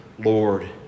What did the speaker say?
Lord